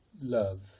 love